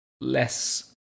less